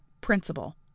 Principal